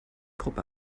gruppe